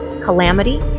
calamity